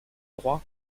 droit